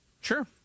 Sure